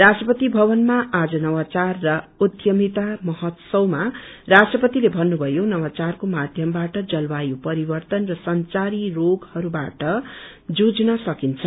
राष्ट्रपति भवनमा आज नवाचार र उध्यमिता महोत्सवमा राष्ट्रपतिले भन्नुकायो नवाचारको माध्यमबाट जलवायु परिववन र संचारी रोगहरूबाट निप्टन सकिन्छ